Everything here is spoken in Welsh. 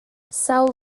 sawl